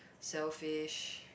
selfish